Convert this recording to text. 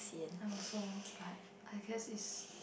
I also but I guess is